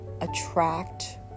attract